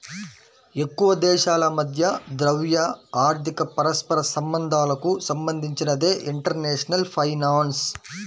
ఎక్కువదేశాల మధ్య ద్రవ్య, ఆర్థిక పరస్పర సంబంధాలకు సంబంధించినదే ఇంటర్నేషనల్ ఫైనాన్స్